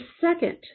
second